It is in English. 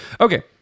okay